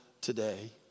today